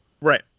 Right